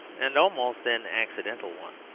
and almost an accidental one.